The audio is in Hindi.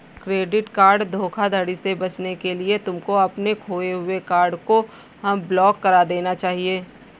क्रेडिट कार्ड धोखाधड़ी से बचने के लिए तुमको अपने खोए हुए कार्ड को ब्लॉक करा देना चाहिए